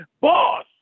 boss